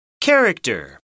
Character